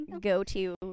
go-to